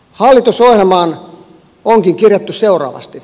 hallitusohjelmaan onkin kirjattu seuraavasti